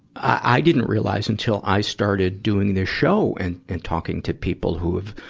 i didn't realize until i started doing this show and, and talking to people who've,